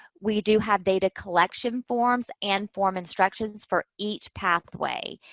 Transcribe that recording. we do have data collection forms and form instructions for each pathway.